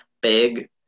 big